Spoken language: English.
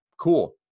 cool